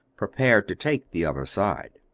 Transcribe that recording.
prepared to take the other side.